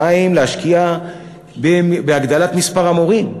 2. להשקיע בהגדלת מספר המורים.